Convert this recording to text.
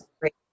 great